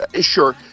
sure